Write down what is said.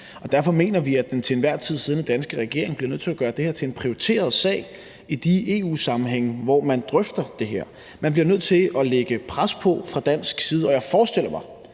Derfor mener vi, at den til enhver tid siddende danske regering bliver nødt til at gøre det her til en prioriteret sag i de EU-sammenhænge, hvor man drøfter det her. Man bliver nødt til at lægge pres på fra dansk side, og jeg forestiller mig